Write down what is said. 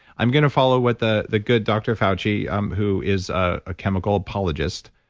i'm going to follow with the the good dr. fauci, um who is a chemical apologist,